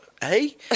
Hey